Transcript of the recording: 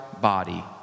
body